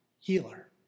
healer